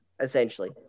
Essentially